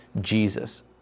Jesus